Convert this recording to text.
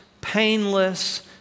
painless